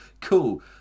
cool